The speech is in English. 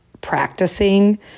practicing